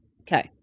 Okay